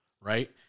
right